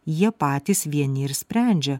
jie patys vieni ir sprendžia